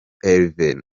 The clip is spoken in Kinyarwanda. herve